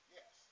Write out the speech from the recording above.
Yes